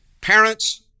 parents